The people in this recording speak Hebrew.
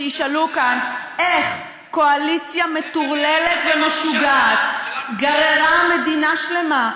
כשישאלו כאן איך קואליציה מטורללת ומשוגעת גררה מדינה שלמה,